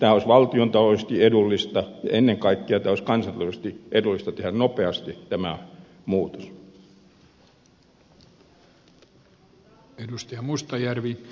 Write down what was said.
tämä olisi valtiontaloudellisesti edullista ja ennen kaikkea olisi kansantaloudellisesti edullista tehdä nopeasti tämä muutos